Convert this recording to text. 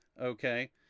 okay